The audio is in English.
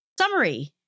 Summary